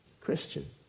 Christian